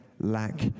lack